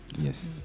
yes